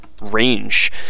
range